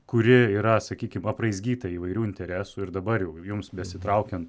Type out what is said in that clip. kuri yra sakykim apraizgyta įvairių interesų ir dabar jau jums besitraukiant